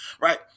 right